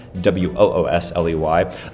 W-O-O-S-L-E-Y